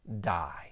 die